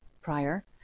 prior